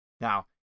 now